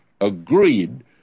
agreed